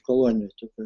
kolonijoj tokioj